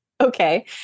okay